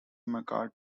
mccartney